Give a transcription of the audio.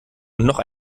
noch